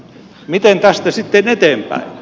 miten tästä sitten eteenpäin